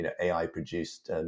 AI-produced